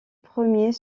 premiers